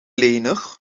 lenig